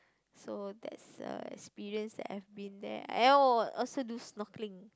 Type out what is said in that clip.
so that's uh experience that I've been there oh I also do snorkelling